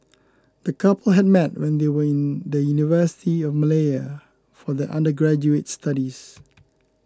the couple had met when they were in the University of Malaya for their undergraduate studies